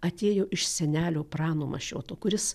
atėjo iš senelio prano mašioto kuris